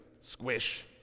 Squish